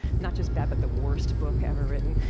not just bad, but the worst book ever written.